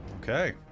Okay